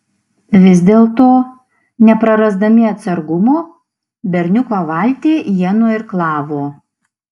vis dėlto neprarasdami atsargumo berniuko valtį jie nuirklavo